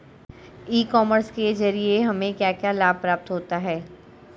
ई commerce के ज़रिए हमें क्या क्या लाभ प्राप्त होता है?